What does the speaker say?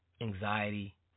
anxiety